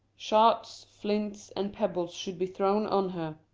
shards, flints, and pebbles should be thrown on her.